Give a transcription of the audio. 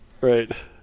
right